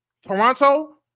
Toronto